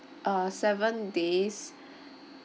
uh seven days